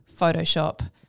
Photoshop